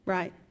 Right